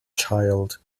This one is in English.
child